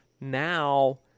Now